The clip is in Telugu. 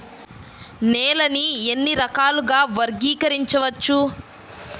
నేలని ఎన్ని రకాలుగా వర్గీకరించవచ్చు?